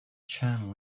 channel